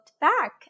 back